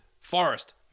Forest